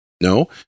No